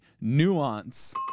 Nuance